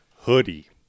hoodie